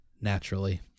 Naturally